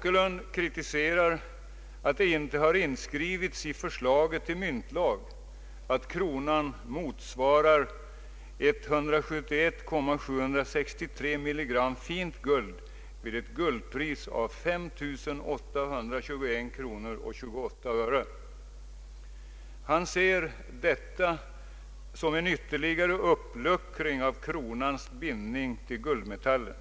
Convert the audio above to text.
guld vid ett guldpris av 5821 kronor 28 öre. Han ser detta som en ytterligare uppluckring av kronans bindning till guldmetallen.